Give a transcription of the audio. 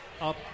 up